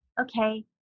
okay